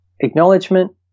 acknowledgement